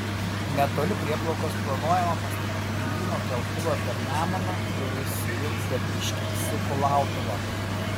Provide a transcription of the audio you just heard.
netoli prieplaukos planuojama pastatyti lyno keltuvą per nemuną kuris sujungs zapyškį su kulautuva